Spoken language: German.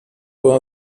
war